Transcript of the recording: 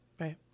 Right